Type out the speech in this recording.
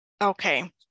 okay